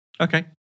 Okay